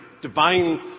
divine